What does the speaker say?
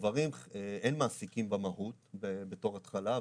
בשוברים אין מעסיקים במהות, בתור התחלה.